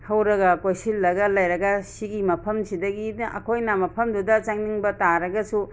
ꯍꯧꯔꯒ ꯀꯣꯏꯁꯤꯜꯂꯒ ꯂꯩꯔꯒ ꯁꯤꯒꯤ ꯃꯐꯝꯁꯤꯗꯒꯤ ꯑꯩꯈꯣꯏꯅ ꯃꯐꯝꯗꯨꯗ ꯆꯪꯅꯤꯡꯕ ꯇꯥꯔꯒꯁꯨ